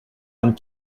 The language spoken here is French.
vingt